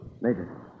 Major